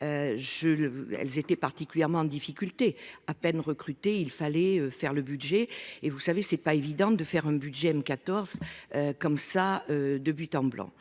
elles étaient particulièrement en difficulté à peine recruter il fallait faire le budget et vous savez c'est pas évident de faire un budget M. 14. Comme ça, de but en blanc